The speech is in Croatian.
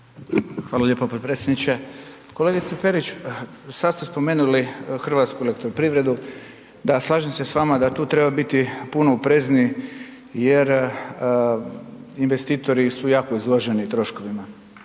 Hvala lijepo potpredsjedniče. Kolegice Perić, sada ste spomenuli hrvatsku elektroprivredu, da, slažem se s vama da tu treba biti puno oprezniji jer investitori su jako izloženi troškovima.